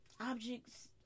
objects